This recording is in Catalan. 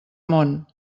món